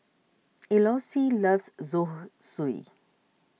Eloise loves Zosui